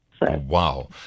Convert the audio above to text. Wow